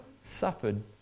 suffered